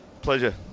Pleasure